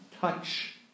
touch